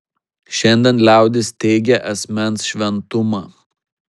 šiandien liaudis teigia asmens šventumą